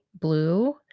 blue